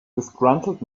disgruntled